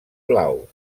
blau